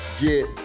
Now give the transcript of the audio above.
get